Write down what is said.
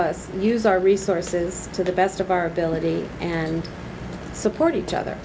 us use our resources to the best of our ability and support each other